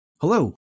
Hello